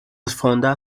fonda